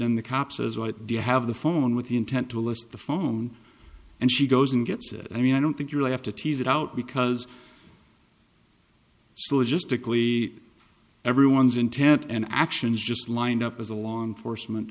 and the cops is what do you have the phone with the intent to list the phone and she goes and gets it i mean i don't think you really have to tease it out because syllogistic lee everyone's intent and actions just lined up as a law enforcement